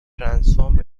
transform